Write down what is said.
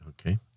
Okay